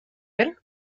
bitter